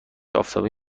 آفتابی